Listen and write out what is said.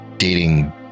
dating